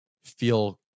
feel